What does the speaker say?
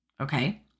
Okay